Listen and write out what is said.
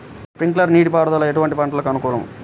Sprinkler నీటిపారుదల ఎటువంటి పంటలకు అనుకూలము?